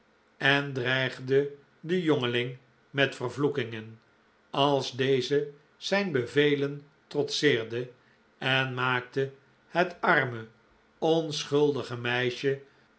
en dreigde den jongeling met vervloekingen als deze zijn bevelen trotseerde en maakte het arme onschuldige meisje